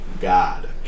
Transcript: God